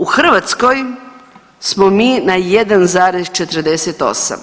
U Hrvatskoj smo mi na 1,48,